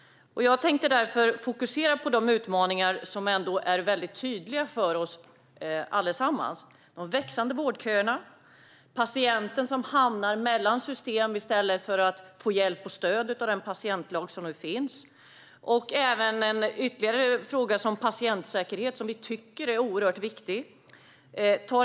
Jag tänkte därför fokusera på de utmaningar som är väldigt tydliga för oss alla: de växande vårdköerna och patienter som hamnar mellan system i stället för att få hjälp och stöd av den patientlag som finns. Jag vill också fokusera på frågan om patientsäkerhet, som vi tycker är oerhört viktig.